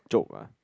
chope ah